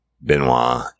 Benoit